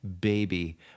Baby